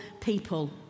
people